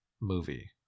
movie